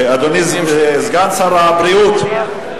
אדוני סגן שר הבריאות,